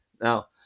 Now